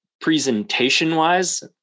presentation-wise